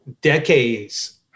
decades